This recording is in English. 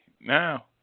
now